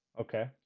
Okay